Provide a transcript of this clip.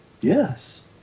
Yes